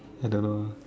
I don't know ah